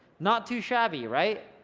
not too shabby, right?